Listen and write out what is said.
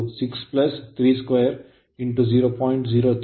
6 3 20